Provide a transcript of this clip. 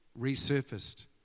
resurfaced